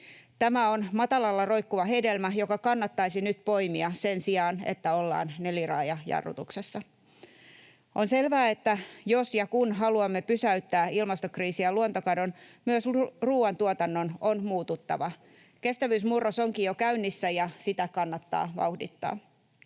Tämä on matalalla roikkuva hedelmä, joka kannattaisi nyt poimia sen sijaan, että ollaan neliraajajarrutuksessa. On selvää, että jos ja kun haluamme pysäyttää ilmastokriisin ja luontokadon, myös ruuantuotannon on muututtava. Kestävyysmurros onkin jo käynnissä, ja sitä kannattaa vauhdittaa.